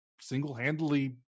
single-handedly